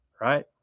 right